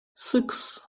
six